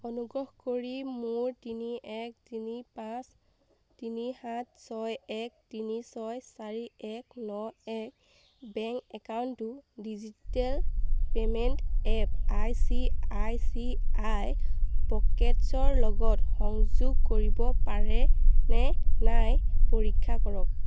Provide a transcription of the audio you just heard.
অনুগ্ৰহ কৰি মোৰ তিনি এক তিনি পাঁচ তিনি সাত ছয় এক তিনি ছয় চাৰি এক ন এক বেংক একাউণ্টটো digital payment app I C I C I পকেটছৰ লগত সংযোগ কৰিব পাৰে নে নাই পৰীক্ষা কৰক